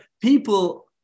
people